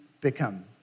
become